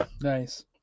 Nice